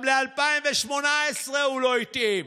זה מתחיל בדיבורים וזה עלול להימשך,